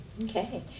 Okay